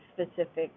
specific